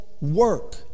work